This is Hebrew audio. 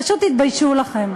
פשוט תתביישו לכם.